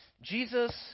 Jesus